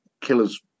killer's